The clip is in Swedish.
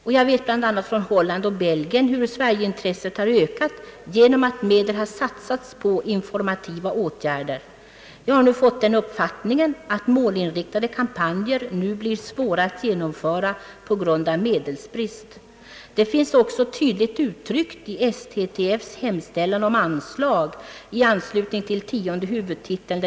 Och jag vet bl.a. från Holland och Belgien hur sverigeintresset ökat genom att medel satsas på informativa åtgärder. Jag har fått den uppfattningen att även dessa målinriktade kampanjer nu blir svåra att genomföra på grund av medelsbrist. Det finns också tydligt uttryckt i STTF:s hemställan om anslag i anslutning till tionde huvudtiteln.